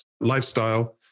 lifestyle